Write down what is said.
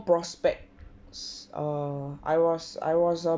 prospect err I was I was a